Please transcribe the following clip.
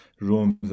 rooms